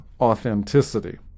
authenticity